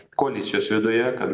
koalicijos viduje kad